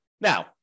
Now